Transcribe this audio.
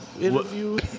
interview